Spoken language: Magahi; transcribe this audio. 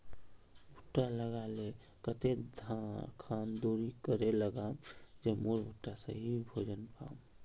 भुट्टा लगा ले कते खान दूरी करे लगाम ज मोर भुट्टा सही भोजन पाम?